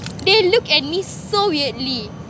they look at me so weirdly